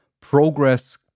progress